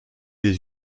les